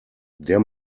der